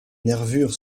nervures